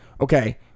okay